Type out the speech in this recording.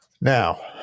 Now